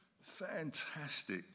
Fantastic